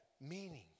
meaning